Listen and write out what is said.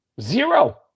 Zero